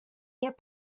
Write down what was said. get